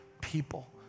people